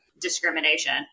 discrimination